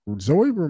Zoe